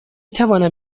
توانم